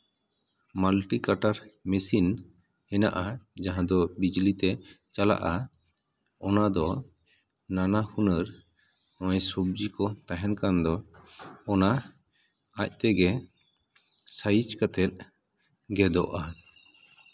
multicutter machine ᱦᱮᱱᱟᱜᱼᱟ ᱡᱟᱦᱟᱸ ᱫᱚ ᱵᱤᱡᱽᱞᱤ ᱛᱮ ᱪᱟᱞᱟᱜᱼᱟ ᱚᱱᱟ ᱫᱚ ᱱᱟᱱᱟ ᱦᱩᱱᱟᱹᱨ ᱚᱱᱮ ᱥᱚᱵᱡᱤ ᱠᱚ ᱛᱟᱦᱮᱱ ᱠᱟᱱ ᱫᱚ ᱚᱱᱟ ᱟᱡ ᱛᱮᱜᱮ ᱥᱟᱭᱤᱡ ᱠᱟᱛᱮᱫ ᱜᱮᱫᱚᱜᱼᱟ